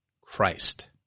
Christ